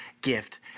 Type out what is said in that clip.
gift